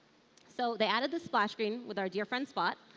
so they added the splash screen with our dear friend spot.